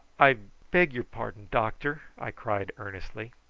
i beg your pardon, doctor! i cried earnestly.